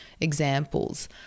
examples